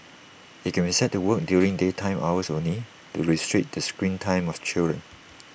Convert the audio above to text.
IT can be set to work during daytime hours only to restrict the screen time of children